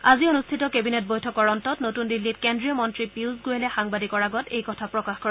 আজি অনুষ্ঠিত কেবিনেট বৈঠকৰ অন্তত নতুন দিল্লীত কেন্দ্ৰীয় মন্ত্ৰী পিয়ুষ গোয়েলে সাংবাদিকৰ আগত এই কথা প্ৰকাশ কৰে